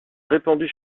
répandu